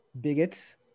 bigots